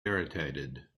irritated